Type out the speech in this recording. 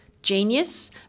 genius